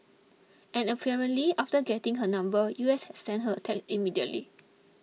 and apparently after getting her number U S had sent her a text immediately